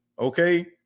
Okay